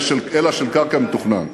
אלא של קרקע מתוכנן.